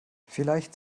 vielleicht